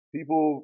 People